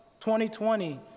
2020